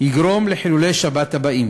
יגרום לחילולי שבת אלה: